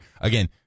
Again